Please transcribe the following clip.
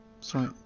Sorry